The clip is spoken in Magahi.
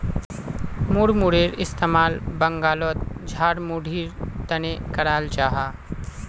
मुड़मुड़ेर इस्तेमाल बंगालोत झालमुढ़ीर तने कराल जाहा